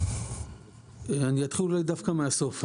אני אתחיל דווקא מהסוף.